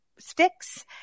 sticks